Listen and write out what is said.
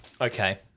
Okay